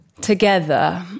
together